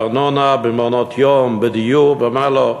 בארנונה, במעונות-יום, בדיור, במה לא?